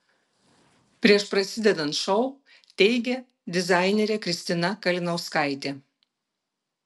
prieš prasidedant šou teigė dizainerė kristina kalinauskaitė